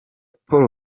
paul